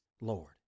Lord